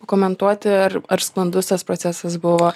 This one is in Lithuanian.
pakomentuoti ar ar sklandus tas procesas buvo